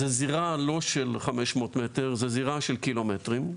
זה זירה לא של 500 מטר, זה זירה של קילומטרים.